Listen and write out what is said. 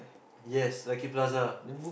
yes Lucky Plaza